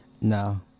No